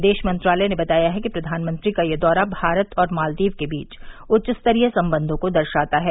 विदेश मंत्रालय ने बताया है कि प्रधानमंत्री का यह दौरा भारत और मालदीव के बीच उच्च स्तरीय संबंधों को दर्शाता है